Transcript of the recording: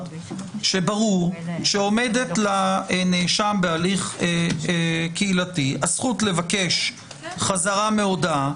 שברור שעומדת לנאשם בהליך קהילתי הזכות לבקש חזרה מהודאה,